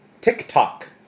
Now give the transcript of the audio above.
TikTok